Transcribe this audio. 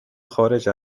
خارج